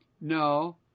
No